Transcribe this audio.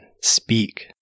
speak